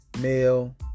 male